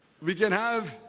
we can have